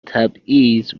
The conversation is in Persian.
تبعیض